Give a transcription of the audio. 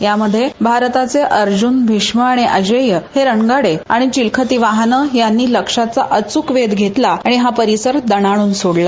यामध्ये भारताचे अर्ज्न भिष्म आणि अजेय हे रणगाडे आणि चिलखती वाहनं यांनी लक्षाचा अचूक वेध घेतला आणि हा परिसर दणाणून सोडला